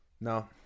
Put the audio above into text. No